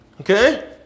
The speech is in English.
Okay